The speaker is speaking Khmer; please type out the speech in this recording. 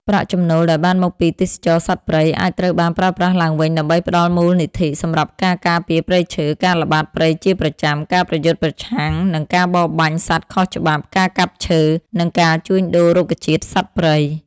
ប្រាក់ចំណូលដែលបានមកពីទេសចរណ៍សត្វព្រៃ អាចត្រូវបានប្រើប្រាស់ឡើងវិញដើម្បីផ្តល់មូលនិធិសម្រាប់ការការពារព្រៃឈើ ការល្បាតព្រៃជាប្រចាំ ការប្រយុទ្ធប្រឆាំងនឹងការបរបាញ់សត្វខុសច្បាប់ ការកាប់ឈើ និងការជួញដូររុក្ខជាតិ-សត្វព្រៃ។